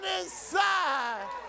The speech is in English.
inside